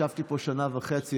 ישבתי פה שנה וחצי,